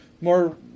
more